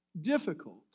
difficult